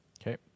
Okay